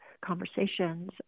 conversations